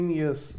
years